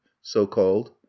so-called